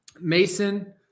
Mason